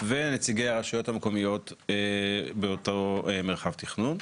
ונציגי הרשויות המקומיות באותו מרחב תכנון.